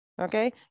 Okay